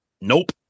Nope